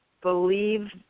believe